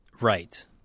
Right